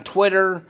Twitter